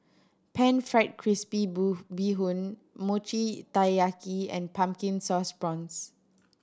pan fried crispy bee hoon Mochi Taiyaki and Pumpkin Sauce Prawns